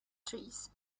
trees